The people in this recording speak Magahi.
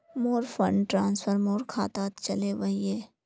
मोर फंड ट्रांसफर मोर खातात चले वहिये